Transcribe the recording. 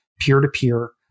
peer-to-peer